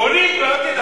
בונים כבר, אל תדאג.